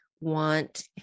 want